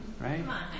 right